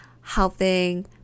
helping